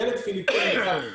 ילד פיליפיני אחד,